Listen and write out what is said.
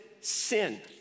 sin